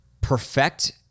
perfect